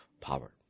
power